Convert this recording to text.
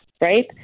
right